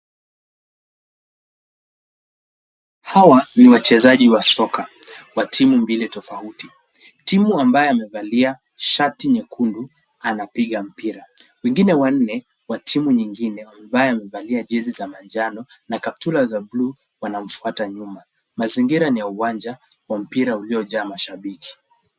Hawa ni wachezaji wa soka wa timu mbili tofauti, timu ambayo amevalia shati nyekundu anapiga mpira ,wengine wanne wa timu nyingine ambaye wamevalia jezi za manjano na kaptula za bluu wanamfuata nyuma , mazingira ni ya uwanja wa mpira uliojaa mashabiki.